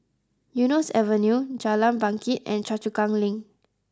Eunos Avenue Jalan Bangket and Choa Chu Kang Link